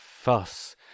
fuss